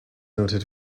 noted